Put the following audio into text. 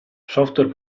software